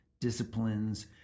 disciplines